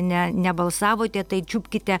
ne nebalsavote tai čiupkite